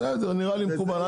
בסדר, נראה לי מקובל.